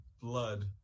Blood